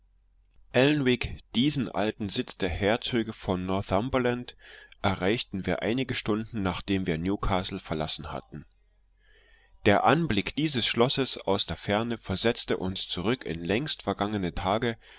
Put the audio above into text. diesen alten sitz der herzöge von northumberland erreichten wir einige stunden nachdem wir newcastle verlassen hatten der anblick dieses schlosses aus der ferne versetzte uns zurück in längst vergangene tage